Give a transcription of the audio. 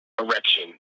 erection